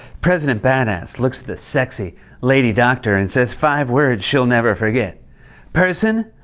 president badass looks at the sexy lady doctor and says five words she'll never forget person,